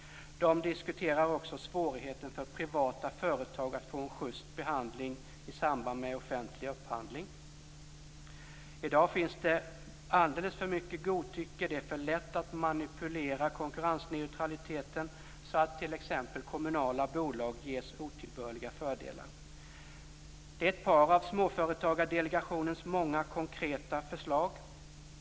Man diskuterar också svårigheten för privata företag att få en just behandling i samband med offentlig upphandling. I dag finns det alldeles för mycket godtycke, det är för lätt att manipulera konkurrensneutraliteten så att t.ex. kommunala bolag ges otillbörliga fördelar. Det är ett par av Småföretagardelegationens många konkreta förslag.